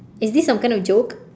is this some kind of joke